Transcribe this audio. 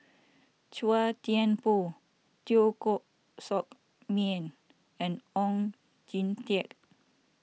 Chua Thian Poh Teo Koh Sock Miang and Oon Jin Teik